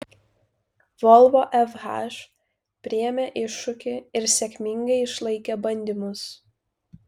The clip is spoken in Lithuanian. volvo fh priėmė iššūkį ir sėkmingai išlaikė bandymus